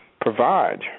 provide